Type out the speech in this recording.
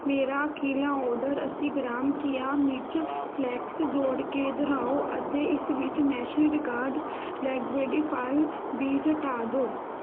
ਮੇਰਾ ਅਖੀਰਲਾ ਔਡਰ ਅੱਸੀ ਗ੍ਰਾਮ ਕੀਆ ਮਿਰਚ ਫਲੈਕਸ ਜੋੜ ਕੇ ਦੁਹਰਾਓ ਅਤੇ ਇਸ ਵਿੱਚ ਨੈਸ਼ਿਵ ਗਾਰਡ ਬਲੈਕਬੇਡੀ ਫਲ ਬੀਜ ਹਟਾ ਦਿਉ